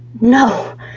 no